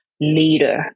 leader